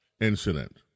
incident